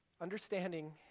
understanding